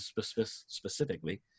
specifically